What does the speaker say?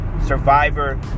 Survivor